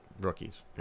rookies